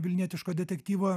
vilnietiško detektyvo